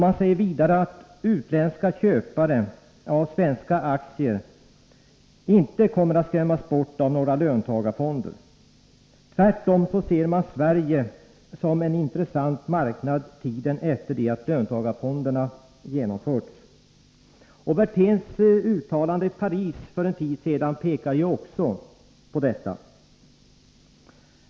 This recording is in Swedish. Man säger vidare att utländska köpare av svenska aktier inte kommer att skrämmas bort av några löntagarfonder. Tvärtom ser man Sverige som en intressant marknad tiden efter det att löntagarfonderna genomförts. Werthéns uttalande i Paris för en tid sedan pekar också på detta.